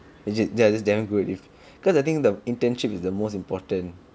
is it ya that's damn good with because I think the internship is the most important